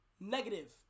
Negative